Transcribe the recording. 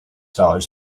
dollars